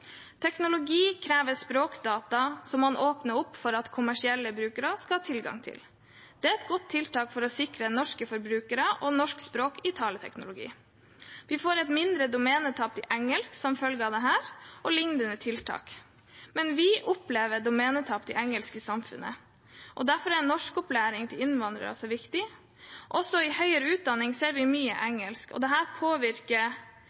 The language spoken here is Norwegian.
Teknologi krever språkdata som man åpner opp for at kommersielle brukere skal ha tilgang til. Det er et godt tiltak for å sikre norske forbrukere og norsk språk i taleteknologi. Vi får et mindre domenetap til engelsk som følge av dette og lignende tiltak. Vi opplever likevel domenetap til engelsk i samfunnet. Derfor er norskopplæring for innvandrere så viktig. Også i høyere utdanning ser vi mye